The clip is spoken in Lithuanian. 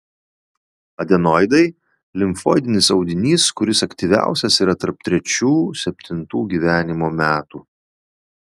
adenoidai limfoidinis audinys kuris aktyviausias yra tarp trečių septintų gyvenimo metų